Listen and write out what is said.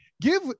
give